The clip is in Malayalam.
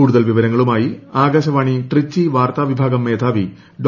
കൂടുതൽ വിവരങ്ങളുമായി ആകാശവാണി ട്രിച്ചി വാർത്താവിഭാഗം മേധാവി ഡോ